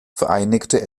vereinigte